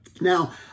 Now